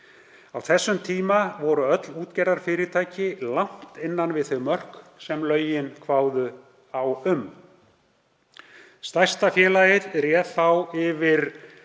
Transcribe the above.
Á þessum tíma voru öll útgerðarfyrirtæki langt innan við þau mörk sem lögin kváðu á um. Stærsta félagið réð þá yfir